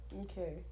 Okay